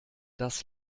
das